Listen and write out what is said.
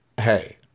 Hey